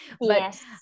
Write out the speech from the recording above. yes